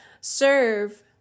serve